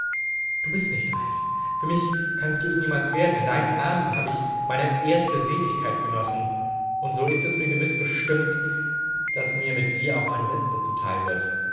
du bist nicht alt für mich kannst du es niemals werden in deinen armen hab ich meine erste seligkeit genossen und so ist es mir gewiß bestimmt daß mir mit dir auch meine letzte zuteil wird